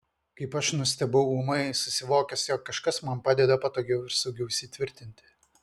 kaip aš nustebau ūmai susivokęs jog kažkas man padeda patogiau ir saugiau įsitvirtinti